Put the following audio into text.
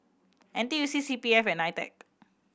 N T U C C P F and NITEC